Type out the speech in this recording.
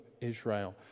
Israel